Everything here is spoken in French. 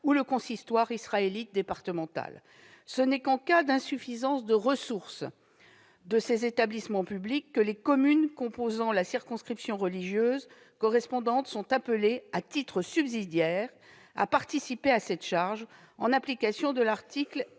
ou le consistoire israélite départemental. Ce n'est qu'en cas d'insuffisance de ressources de ces établissements publics que les communes composant la circonscription religieuse correspondante sont appelées, à titre subsidiaire, à participer à cette charge, en application de l'article